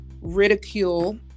ridicule